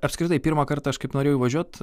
apskritai pirmą kart aš kaip norėjau važiuot